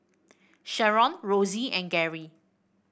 Sherron Rosey and Gary